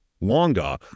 longer